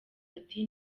ati